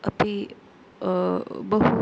अपि बहु